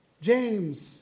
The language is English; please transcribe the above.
James